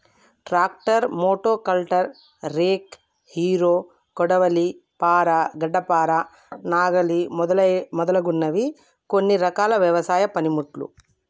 tractor, మోటో కల్టర్, rake, harrow, కొడవలి, పార, గడ్డపార, నాగలి మొదలగునవి కొన్ని రకాల వ్యవసాయ పనిముట్లు